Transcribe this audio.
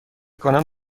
کنم